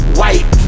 white